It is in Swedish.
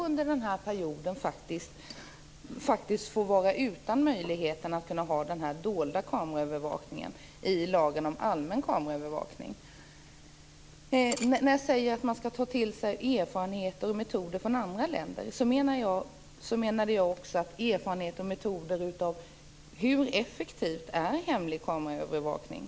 Under den perioden får man dock faktiskt vara utan möjlighet till dold kameraövervakning i lagen om allmän kameraövervakning. När jag sade att man skall ta till sig erfarenheter och metoder från andra länder menade jag också erfarenheter av hur effektiv hemlig kameraövervakning är.